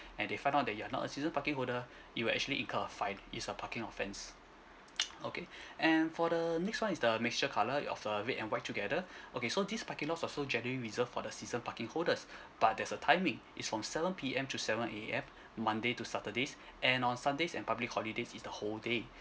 and they find out that you're not a season parking holder you will actually eat a fine it's a parking offence okay and for the next one is the mixture colour of uh red and white together okay so these parking lots also generally reserved for the season parking holders but there's a timing it's from seven P_M to seven A_M monday to saturdays and on sundays and public holidays is the whole day